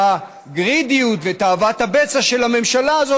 והגרידיות ותאוות הבצע של הממשלה הזאת,